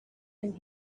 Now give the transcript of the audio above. and